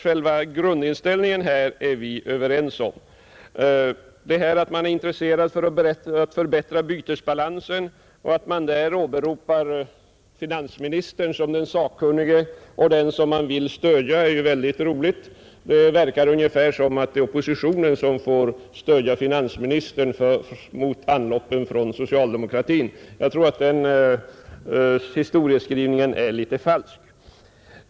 Själva grundinställningen är vi alltså överens om. Att man är intresserad för att förbättra bytesbalansen och att man därvid åberopar finansministern som den sakkunnige och den som man vill stödja är ju mycket glädjande. Det verkar ungefär som om det är oppositionen som får stödja finansministern mot anloppen från socialdemokratin. Jag tror den historieskrivningen är en smula falsk.